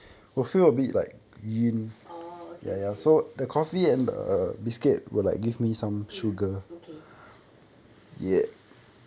orh okay okay mm okay